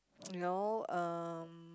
you know um